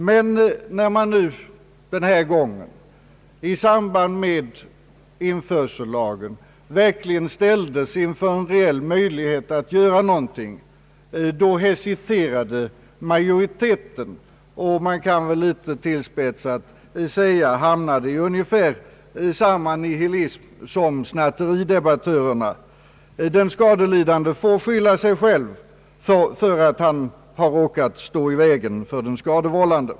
Men när man verkligen ställdes inför en reell möjlighet att göra någonting, hesiterade majoriteten. Man kan litet tillspetsat säga att den hamnade i ungefär samma nihilism som snatteridebattörerna: den skadelidande får skylla sig själv för att han råkat stå i vägen för den skadevållande.